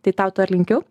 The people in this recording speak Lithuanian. tai tau to ir linkiu